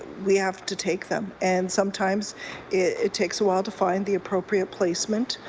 we have to take them. and sometimes it takes a while to find the appropriate placement.